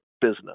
business